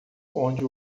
onde